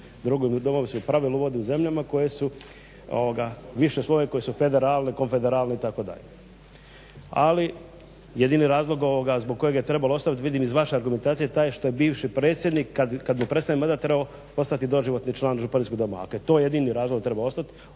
Drugi dom se u pravilu uvode u zemljama koje su više svoje, koje su federalne, konfederalne itd. Ali jedini razlog ovoga zbog kojeg je trebalo ostaviti vidim iz vaše argumentacije što je bivši predsjednik kad mu prestaje mandat trebao ostati doživotni član županijskog doma. Ako je to jedini razlog da treba ostati,